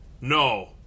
No